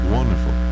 Wonderful